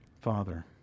Father